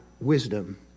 wisdom